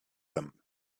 them